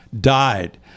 died